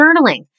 journaling